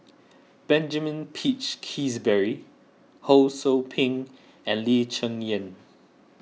Benjamin Peach Keasberry Ho Sou Ping and Lee Cheng Yan